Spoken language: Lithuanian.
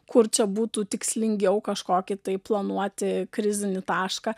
kur čia būtų tikslingiau kažkokį tai planuoti krizinį tašką